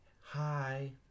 Hi